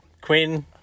Quinn